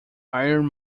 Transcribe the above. iron